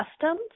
customs